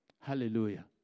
Hallelujah